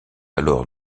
alors